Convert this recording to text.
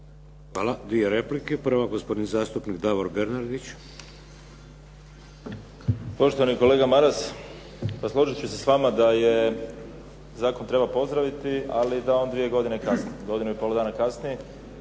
Hvala. Dvije replike. Prva, gospodin zastupnik Davor Bernardić. **Bernardić, Davor (SDP)** Poštovani kolega Maras, pa složit ću se s vama da zakon treba pozdraviti ali da on dvije godine kasni, godinu i pol dana kasni.